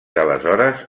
d’aleshores